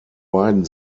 beiden